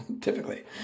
typically